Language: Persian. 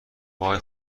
وای